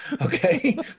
Okay